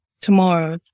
tomorrow